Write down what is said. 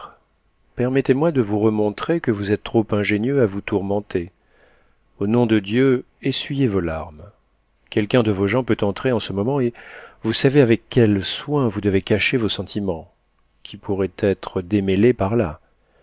permettez-moi de vous remontrer que vous êtes trop ingénieux à vous tourmenter au nom de dieu essuyez vos larmes quelqu'un de vos gens peut entrer en ce moment et vous savez avec quel soin vous devez cacher vos sentiments qui pourraient être démêlés par là